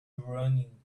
running